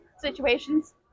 Situations